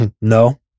No